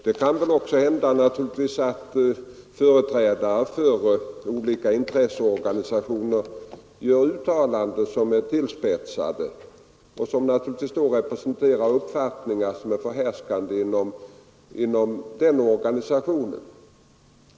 Det kan väl också hända att företrädare för olika intresseorganisationer gör uttalanden som är tillspetsade och som då naturligtvis representerar uppfattningar som är förhärskande inom den organisationen.